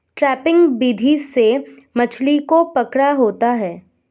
trapping विधि से मछली को पकड़ा होता है